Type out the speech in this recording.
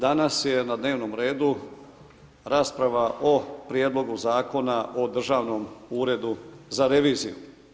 Danas je na dnevnom redu rasprava o Prijedlogu Zakona o Državnom ured za reviziju.